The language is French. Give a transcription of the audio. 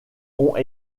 ont